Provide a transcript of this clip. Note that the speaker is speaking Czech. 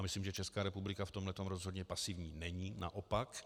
Myslím, že Česká republika v tomhle rozhodně pasivní není, naopak.